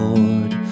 Lord